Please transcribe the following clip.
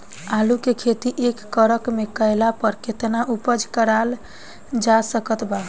आलू के खेती एक एकड़ मे कैला पर केतना उपज कराल जा सकत बा?